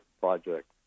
project